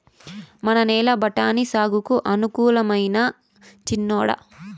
మన నేల బఠాని సాగుకు అనుకూలమైనా చిన్నోడా